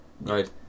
Right